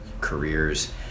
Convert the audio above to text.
careers